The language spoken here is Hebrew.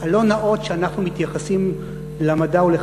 הלא-נאות שלנו למדע ולחשיבותו.